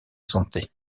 santé